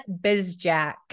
Bizjack